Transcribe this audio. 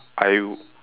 I